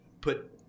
put